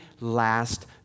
last